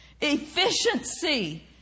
efficiency